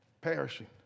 perishing